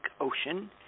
Ocean